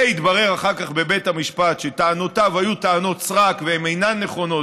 ויתברר אחר כך בבית המשפט שטענותיו היו טענות סרק והן אינן נכונות,